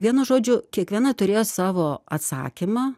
vienu žodžiu kiekviena turėjo savo atsakymą